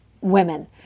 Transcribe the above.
women